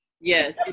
Yes